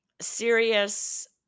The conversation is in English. serious